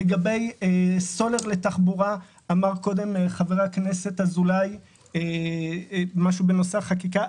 לגבי סולר לתחבורה אמר קודם חבר הכנסת אזולאי משהו בנושא החקיקה.